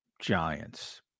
Giants